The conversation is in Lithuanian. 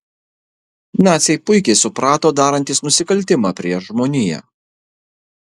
naciai puikiai suprato darantys nusikaltimą prieš žmoniją